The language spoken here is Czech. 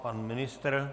Pan ministr?